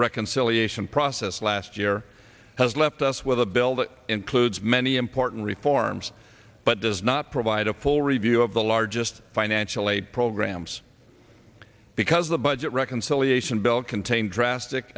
reconciliation process last year has left us with a bill that includes many important reforms but does not provide a full review of the largest financial aid programs because the budget reconciliation bill contains drastic